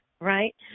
right